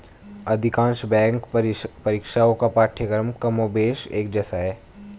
अधिकांश बैंक परीक्षाओं का पाठ्यक्रम कमोबेश एक जैसा है